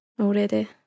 already